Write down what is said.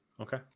Okay